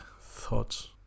thoughts